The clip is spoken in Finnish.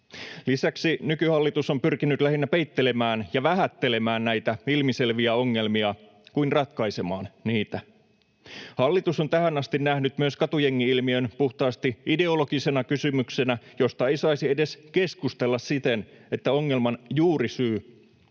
Lisäksi nykyhallitus on pyrkinyt lähinnä peittelemään ja vähättelemään näitä ilmiselviä ongelmia kuin ratkaisemaan niitä. Hallitus on tähän asti nähnyt myös katujengi-ilmiön puhtaasti ideologisena kysymyksenä, josta ei saisi edes keskustella siten, että ongelman juurisyy